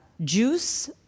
juice